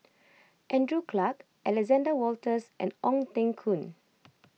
Andrew Clarke Alexander Wolters and Ong Teng Koon